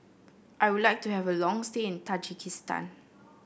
I would like to have a long stay in Tajikistan